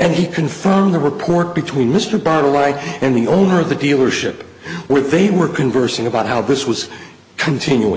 and he confirmed the report between mr bartle right and the owner of the dealership where they were conversing about how this was continuing